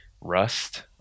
rust